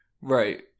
right